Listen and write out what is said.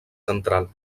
central